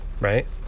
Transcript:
right